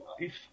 life